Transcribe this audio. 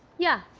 yeah?